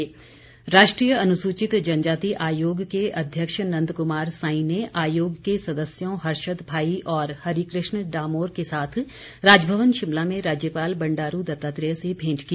भेंट राष्ट्रीय अनुसूचित जनजाति आयोग के अध्यक्ष नंद कुमार साई ने आयोग के सदस्यों हर्षदभाई और हरिकृष्ण डामोर के साथ राजभवन शिमला में राज्यपाल बंडारू दत्तात्रेय से भेंट की